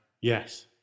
Yes